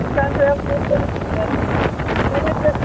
दिसाचे कोणतरी कोणूय